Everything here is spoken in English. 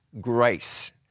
grace